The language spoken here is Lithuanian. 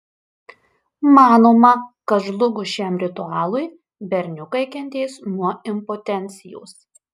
manoma kad žlugus šiam ritualui berniukai kentės nuo impotencijos